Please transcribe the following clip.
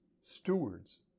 stewards